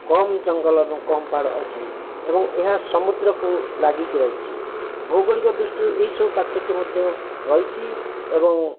କମ୍ ଜଙ୍ଗଲ ଏବଂ କମ୍ ପାହାଡ଼ ଅଛି ଏବଂ ଏହା ସମୁଦ୍ରକୁ ଲାଗିକି ରହିଛି ଭୌଗଳିକ ଦୃଷ୍ଟିରୁ ଏହି ସବୁ ପାର୍ଥକ୍ୟ ମଧ୍ୟ ରହିଛି ଏବଂ